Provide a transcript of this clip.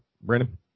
Brandon